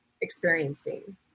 experiencing